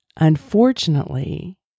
unfortunately